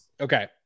Okay